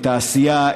את העשייה,